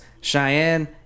Cheyenne